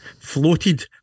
floated